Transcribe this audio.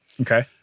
Okay